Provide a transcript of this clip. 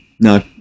No